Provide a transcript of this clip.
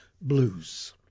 Blues